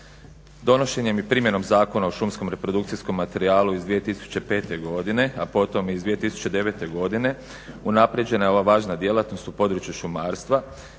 Donošenjem i primjenom Zakona o šumskom reprodukcijskom materijalu iz 2005. godine, a potom iz 2009. godine unaprijeđena je ova važna djelatnost u području šumarstva,